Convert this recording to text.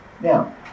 Now